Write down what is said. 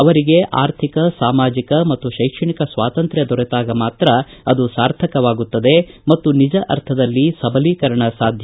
ಅವರಿಗೆ ಅರ್ಥಿಕ ಸಾಮಾಜಿಕ ಮತ್ತು ಶೈಕ್ಷಣಿಕ ಸ್ನಾತಂತ್ರ್ ದೊರೆತಾಗ ಮಾತ್ರ ಅದು ಸಾರ್ಥಕವಾಗುತ್ತದೆ ಮತ್ತು ನಿಜ ಅರ್ಥದಲ್ಲಿ ಸಬಲೀಕರಣ ಸಾಧ್ಯ